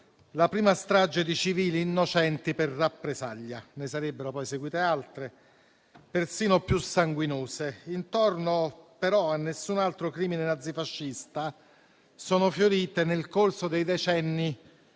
la prima strage di civili innocenti per rappresaglia. Ne sarebbero poi seguite altre, persino più sanguinose. Intorno, però, a nessun altro crimine nazifascista, sono fiorite nel corso dei decenni